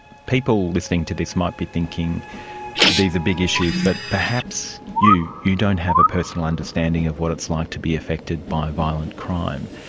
people listening to this might be thinking these are big issues, but perhaps you, you don't have a personal understanding of what it's like to be affected by violent crime.